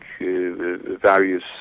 Various